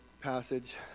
passage